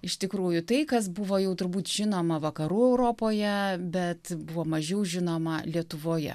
iš tikrųjų tai kas buvo jau turbūt žinoma vakarų europoje bet buvo mažiau žinoma lietuvoje